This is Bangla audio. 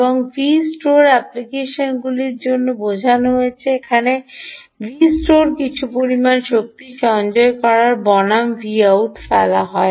এবং Vstore অ্যাপ্লিকেশনগুলির জন্য বোঝানো হয়েছে যেখানে Vstore কিছু পরিমাণ শক্তি সঞ্চয় করা বনাম Vout ফেলা হয়